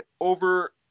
over